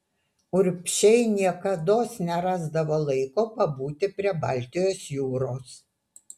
urbšiai niekados nerasdavo laiko pabūti prie baltijos jūros